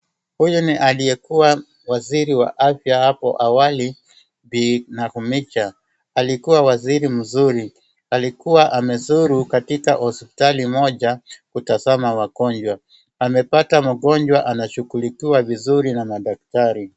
Huyu ni aliyekuwa waziri wa afya hapo awali, Bi Nakhumicha. Alikuwa waziri mzuri. Alikuwa amezuru katika hospitali moja kutazama wagonjwa. Amepata mgonjwa anashughulikiwa vizuri na madaktari.